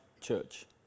church